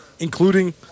including